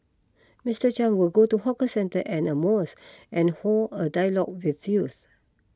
Mister Chan will go to hawker centre and a mosque and hold a dialogue with youth